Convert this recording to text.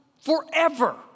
forever